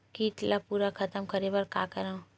कीट ला पूरा खतम करे बर का करवं?